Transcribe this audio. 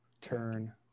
turn